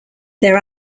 there